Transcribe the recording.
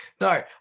No